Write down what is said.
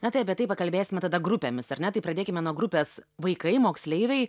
na tai apie tai pakalbėsime tada grupėmis ar ne tai pradėkime nuo grupės vaikai moksleiviai